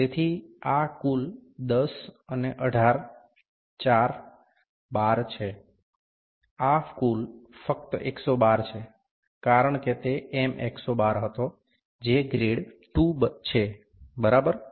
તેથી આ કુલ 10 અને 18 4 12 છે આ કુલ ફક્ત 112 છે કારણ કે તે M 112 હતો જે ગ્રેડ II છે બરાબર